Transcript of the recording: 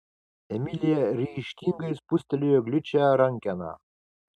emilija ryžtingai spustelėjo gličią rankeną